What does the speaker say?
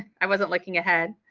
i wasn't looking ahead.